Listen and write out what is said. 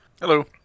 Hello